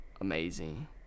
amazing